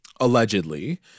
allegedly